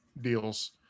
deals